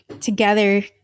together